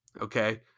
okay